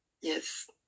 Yes